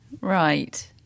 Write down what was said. right